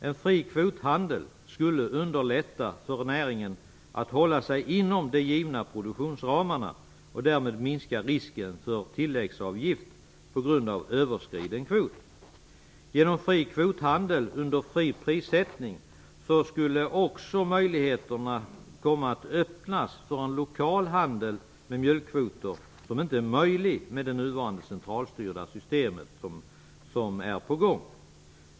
En fri kvothandel skulle underlätta för näringen att hålla sig inom de givna produktionsramarna och därmed minska risken för tilläggsavgift på grund av överskriden kvot. Genom fri kvothandel under fri prissättning skulle också möjligheterna öppnas för en lokal handel med mjölkkvoter, vilket inte är möjligt med det nuvarande centralstyrda systemet.